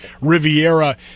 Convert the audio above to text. Riviera